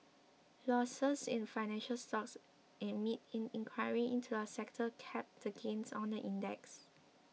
losses in financial stocks amid an inquiry into the sector capped the gains on the index